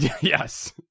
Yes